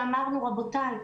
אמרנו: רבותיי,